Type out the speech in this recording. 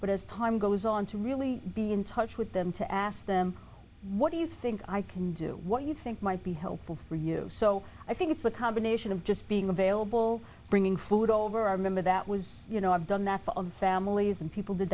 but as time goes on to really be in touch with them to ask them what do you think i can do what you think might be helpful for you so i think it's a combination of just being available bringing food over i remember that was you know i've done that on families and people did